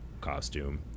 costume